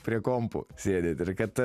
prie kompų sėdit ir kad